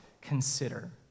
consider